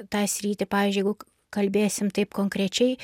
tą sritį pavyzdžiui jeigu kalbėsim taip konkrečiai